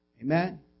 Amen